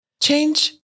Change